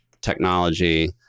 technology